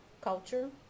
culture